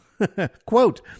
Quote